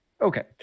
okay